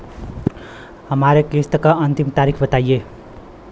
हमरे किस्त क अंतिम तारीख बताईं?